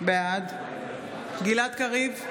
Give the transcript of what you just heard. בעד גלעד קריב,